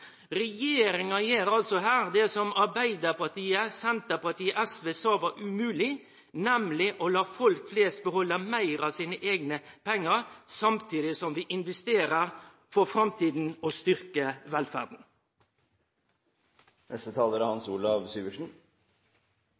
Regjeringa gjer her det som Arbeidarpartiet, Senterpartiet og SV sa var umogleg, nemleg å la folk flest få behalde meir av sine eigne pengar samtidig som vi investerer for framtida